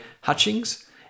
Hutchings